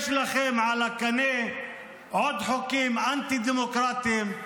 יש לכם בקנה עוד חוקים אנטי-דמוקרטיים,